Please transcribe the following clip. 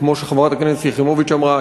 כמו שחברת הכנסת יחימוביץ אמרה,